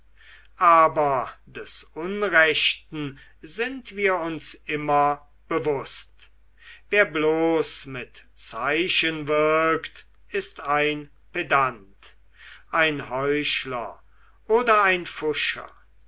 aber des unrechten sind wir uns immer bewußt wer bloß mit zeichen wirkt ist ein pedant ein heuchler oder ein pfuscher